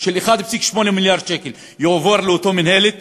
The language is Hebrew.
של 1.8 מיליארד שקל תועבר לאותה מינהלת